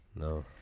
No